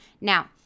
Now